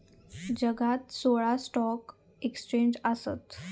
जगात सोळा stock exchange आसत